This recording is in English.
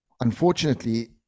unfortunately